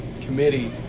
committee